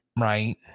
right